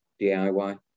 DIY